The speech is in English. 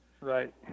Right